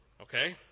okay